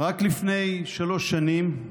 רק לפני שלוש שנים,